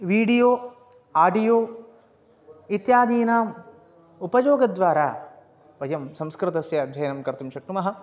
video audio इत्यादीनाम् उपयोगद्वारा वयं संस्कृतस्य अध्ययनं कर्तुं शक्नुमः